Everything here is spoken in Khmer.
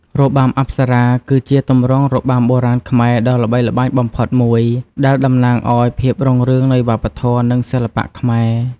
របាំអប្សរា គឺជាទម្រង់របាំបុរាណខ្មែរដ៏ល្បីល្បាញបំផុតមួយ ដែលតំណាងឱ្យភាពរុងរឿងនៃវប្បធម៌ និងសិល្បៈខ្មែរ។